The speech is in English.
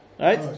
Right